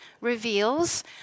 reveals